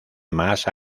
más